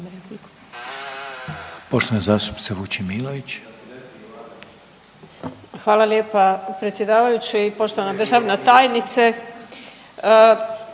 Hvala lijepo predsjedavajući. Poštovana državna tajnice